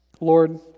Lord